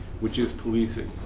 which is policing.